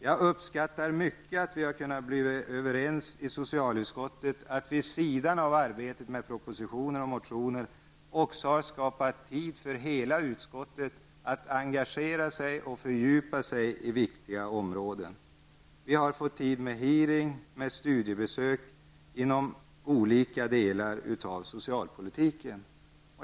Jag uppskattar mycket att vi i socialutskottet har kunnat komma överens om att vi vid sidan av arbetet med propositioner och motioner också skall skapa tid för hela utskottet att engagera sig och fördjupa sig i viktiga områden. Vi har fått tid till utfrågningar och studiebesök inom olika delar av socialpolitiken.